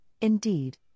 Indeed